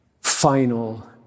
final